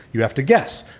you have to guess.